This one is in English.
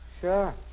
Sure